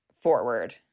forward